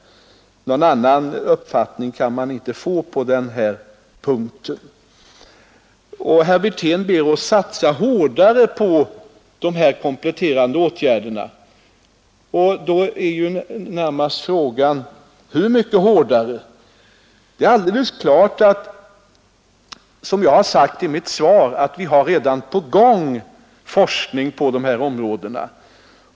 Någon annan uppfattning kan man inte få på den här punkten. 105 Herr Wirtén ber oss satsa hårdare på dessa kompletterande åtgärder. Då uppkommer närmast frågan: Hur mycket hårdare? Jag har i mitt svar sagt att vi redan har forskning i gång på dessa områden.